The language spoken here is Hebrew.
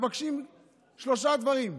מבקשים שלושה דברים.